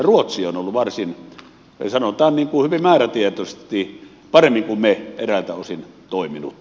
ruotsi on varsin sanotaan hyvin määrätietoisesti paremmin kuin me eräiltä osin toiminut